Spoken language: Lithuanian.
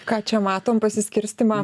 ką čia matom pasiskirstymą